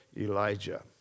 Elijah